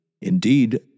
indeed